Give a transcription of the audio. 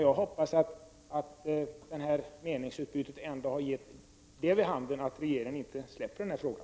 Jag hoppas att detta meningsutbyte ändå skall resultera i att regeringen inte släpper frågan.